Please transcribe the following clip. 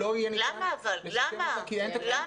לא יהיה ניתן לשקם את התוכנית.